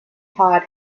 pod